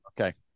Okay